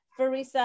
Farisa